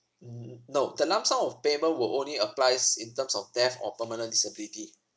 n~ no the lump sum of payment will only applies in terms of death or permanent disability